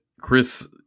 Chris